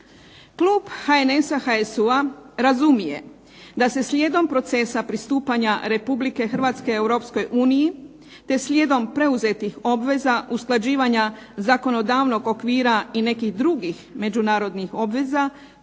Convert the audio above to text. Klub HNS-a HSU-a razumije da se slijedom procesa pristupanja Republike Hrvatske Europskoj uniji te slijedom preuzetih obveza usklađivanja zakonodavnog okvira i nekih drugih međunarodnih obveza